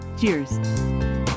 Cheers